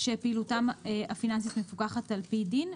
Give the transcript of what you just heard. שפעילותם הפיננסית מפוקחת לפי דין,